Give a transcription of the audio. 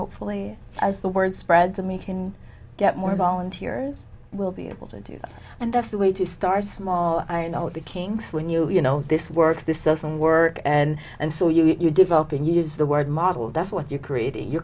hopefully as the word spread to me can get more volunteers will be able to do that and that's the way to start small i know the king's when you you know this works this isn't work and and so you develop and use the word model that's what you create you're